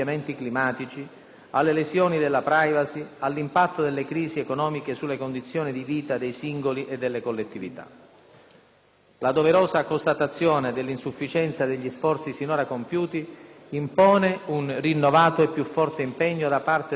alle lesioni della *privacy*, all'impatto delle crisi economiche sulla condizioni di vita dei singoli e delle collettività. La doverosa constatazione dell'insufficienza degli sforzi sinora compiuti impone un rinnovato e più forte impegno da parte delle istituzioni,